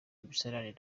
imisarane